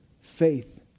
faith